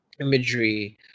imagery